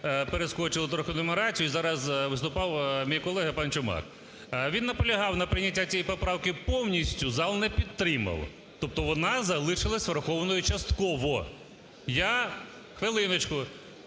перескочили трохи нумерацію, зараз виступав мій колега пан Чумак. Він наполягав на прийнятті цієї поправки повністю, зал не підтримав. Тобто вона залишилася врахованою частково. Я… (Шум у